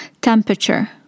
temperature